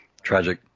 tragic